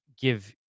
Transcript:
give